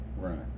Right